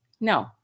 No